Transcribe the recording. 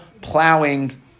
plowing